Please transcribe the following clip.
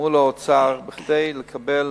מול האוצר, כדי לקבל